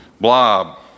blob